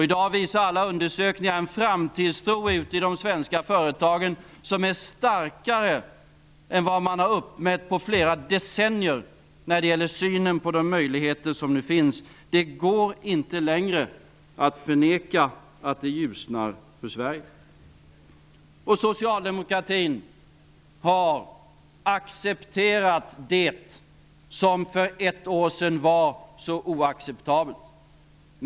I dag visar alla undersökningar på en framtidstro ute i de svenska företagen som är starkare än vad man har uppmätt på flera decennier när det gäller synen på de möjligheter som nu finns. Det går inte längre att förneka att det ljusnar för Sverige. Socialdemokratin har accepterat det som för ett år sedan var så oacceptabelt.